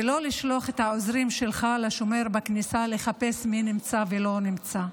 ולא לשלוח את העוזרים שלך לשומר בכניסה לחפש מי נמצא ומי לא נמצא.